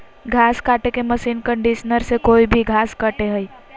घास काटे के मशीन कंडीशनर से कोई भी घास कटे हइ